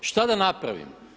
Šta da napravim?